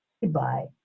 goodbye